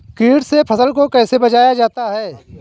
कीट से फसल को कैसे बचाया जाता हैं?